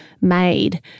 made